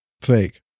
fake